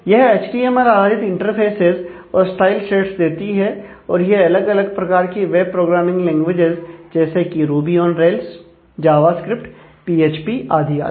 यह एचटीएमएल आधारित इंटरफ़ेसेज और स्टाइल शेड्स देती हैं और यह अलग अलग प्रकार की वेब प्रोग्रामिंग लैंग्वेजेस जैसे की Ruby on Rails JavaScript PHP आदि आदि